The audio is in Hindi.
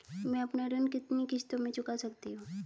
मैं अपना ऋण कितनी किश्तों में चुका सकती हूँ?